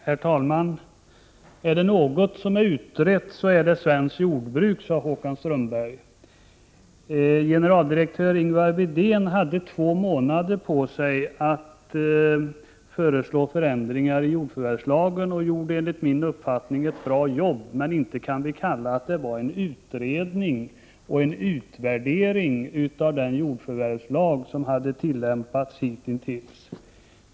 Herr talman! Är det något som är utrett, så är det svenskt jordbruk, sade Håkan Strömberg. Generaldirektör Ingvar Widén hade två månader på sig att föreslå förändringar i jordförvärvslagen och gjorde enligt min uppfattning ett bra jobb, men inte kan man kalla det en utredning eller utvärdering av den jordförvärvslag som hade tillämpats dittills.